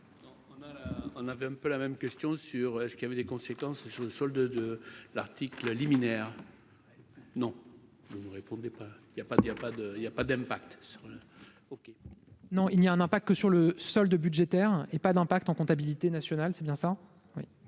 On avait un peu la même question sur ce qu'il y avait des conséquences sur le solde de l'article liminaire : non, vous ne répondez pas, il y a pas, il y a pas de il y a pas d'impact sur OK. Non, il y a un an, pas que sur le solde budgétaire et pas d'impact en comptabilité nationale, c'est bien ça.